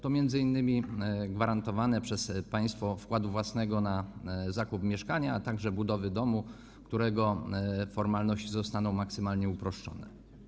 To m.in. gwarantowanie przez państwo wkładu własnego na zakup mieszkania, a także budowy domu, w przypadku którego formalności zostaną maksymalnie uproszczone.